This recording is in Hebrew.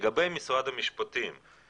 לגבי משרד המשפטים,